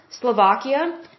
Slovakia